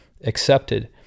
accepted